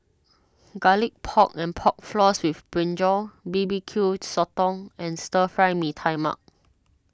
Garlic Pork and Pork Floss with Brinjal B B Q Sotong and Stir Fry Mee Tai Mak